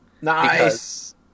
Nice